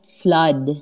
flood